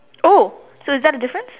oh so is that a difference